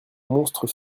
monstre